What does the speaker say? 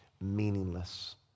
Meaningless